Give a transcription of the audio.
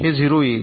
हे 0 येईल